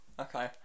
okay